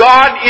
God